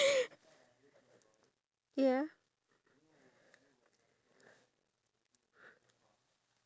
I'm trying out this diet where I have to be hungry all the time and it's working and I'm loving my life